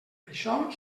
això